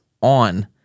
on